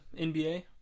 NBA